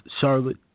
Charlotte